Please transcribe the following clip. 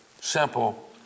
simple